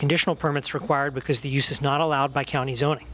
conditional permits required because the use is not allowed by county zoning